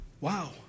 Wow